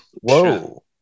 Whoa